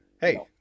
hey